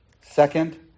Second